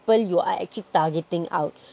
people you are actually targeting out